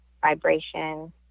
vibration